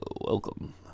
Welcome